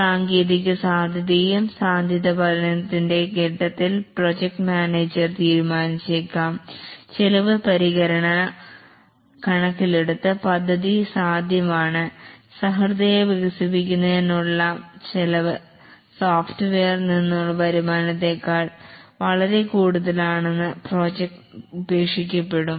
സാങ്കേതിക സാധ്യതയും സാധ്യത പഠനത്തിൻറെ ഘട്ടത്തിൽ പ്രൊജക്റ്റ് മാനേജർ തീരുമാനിച്ചേക്കാം ചെലവ് പരിഗണന കണക്കിലെടുത്ത് പദ്ധതി സാധ്യമാണ് സഹൃദയ വികസിപ്പിക്കുന്നതിനുള്ള ചെലവ് സോഫ്റ്റ്വെയറിൽ നിന്നുള്ള വരുമാനത്തേക്കാൾ വളരെ കൂടുതലാണ് തുടർന്ന് പ്രോജക്റ്റ് ഉപേക്ഷിക്കപ്പെടും